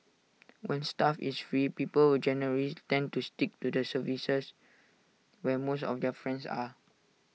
when stuff is free people will generally tend to stick to the services where most of their friends are